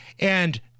and-